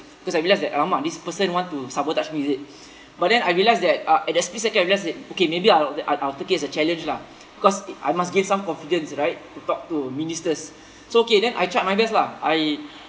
because I realised that !alamak! this person want to sabotage me is it but then I realised that uh at that split second I realised that okay maybe I'll I'll I'll take it as a challenge lah cause I must gain some confidence right to talk to ministers so okay then I tried my best lah I